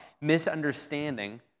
Misunderstanding